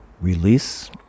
release